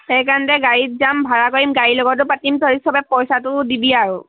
সেইকাৰতে গাড়ীত যাম ভাড়া কৰিম গাড়ীৰ লগতো পাতিম তাৰ পিছত চবে পইচাটো দিবি আৰু